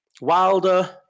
wilder